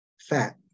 fat